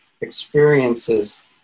experiences